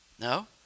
no